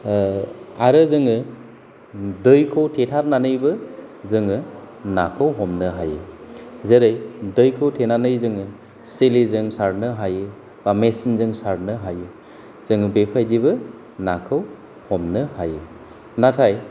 आरो जोङो दैखौ थेथारनानैबो जोङो नाखौ हमनो हायो जेरै दैखौ थेनानै जोङो सिलिजों सारनो हायो बा मेचिनजों सारनो हायो जोङो बेबायदिबो नाखौ हमनो हायो नाथाय